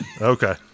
Okay